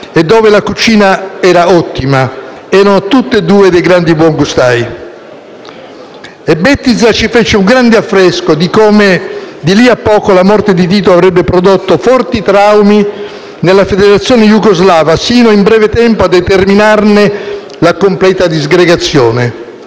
e dove la cucina era ottima (erano entrambi grandi buongustai). Bettiza ci fece un grande affresco di come di lì a poco la morte di Tito avrebbe prodotto forti traumi nella Federazione jugoslava sino, in breve tempo, a determinarne la completa disgregazione.